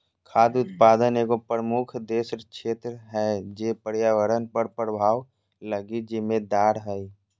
खाद्य उत्पादन एगो प्रमुख क्षेत्र है जे पर्यावरण पर प्रभाव लगी जिम्मेदार हइ